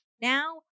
Now